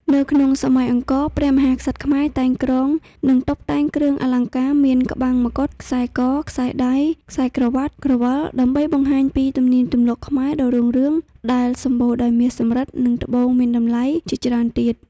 នៅក្នុងសម័យអង្គរព្រះមហាក្សត្រខ្មែរតែងគ្រងនិងតុបតែងគ្រឿងអលង្ការមានក្បាំងមកុដ ខ្សែក ខ្សែដៃ ខ្សែក្រវាត់ ក្រវិលដើម្បីបង្ហាញពីទំនៀមទម្លាប់ខ្មែរដ៏រុងរឿងដែលសំបូរដោយមាសសំរិទ្ធនិងត្បូងមានតម្លៃជាច្រើនទៀត។